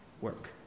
work